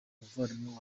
umuvandimwe